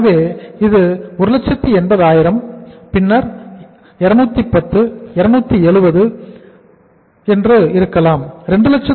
எனவே இது 180 பின்னர் 210 270